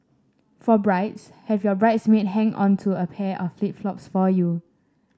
for brides have your bridesmaid hang onto a pair of flip flops for you